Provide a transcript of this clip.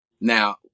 Now